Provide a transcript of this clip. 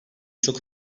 çok